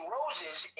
Rose's